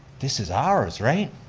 this is ours, right?